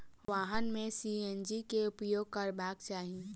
वाहन में सी.एन.जी के उपयोग करबाक चाही